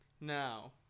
now